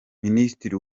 minisitiri